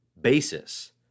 basis